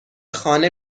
خانه